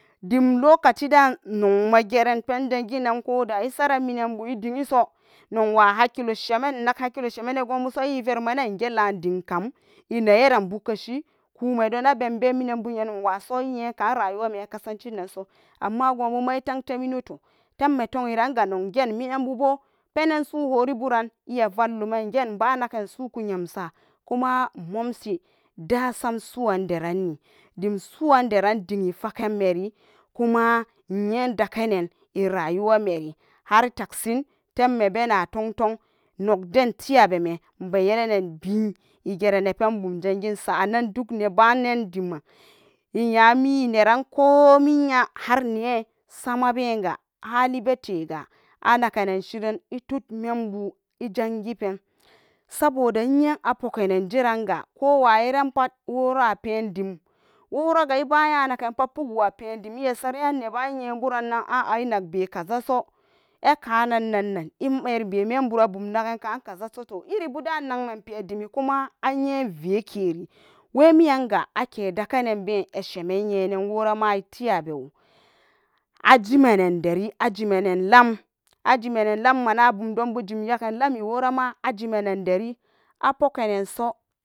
Demlocaci dannonmapen zangen dan koda isaran minambu naddiso noka hakilo shemeno gobuso isapanan iveromanan igellade kam innaxara buke shikomedonan bellbe minanbu nyanumwaso amma gombuitan tem innan to temmeta nyiran ga nokgen menanbubo penan so woribu ran anaken so ko yamsa kuma nok mumsi dasamsuranderani suranderan diyi fakameri kuma iyenda ganen iraxumeri harlakshin lemme bene tontonakden teyabeme nmbayela nbin geranne penbum zangensa a an dok ne ba diman inyami ineran harne sama benga halibelego a nagan shiri itude membu izangipen saboda inxen apugene geran ga ko wayiran pat wo apen dem woraga iba nxa naganpat pukwo apogendem saranen neba aiuyenburanan a. a, inakke kazaso akanannan imeribe membu kabu nakan kankazaso to iribudan nanmaberi demi koma a nxen kekeri wemiyan ga ake dakanan be a shemen nyenan worama ita yabuwo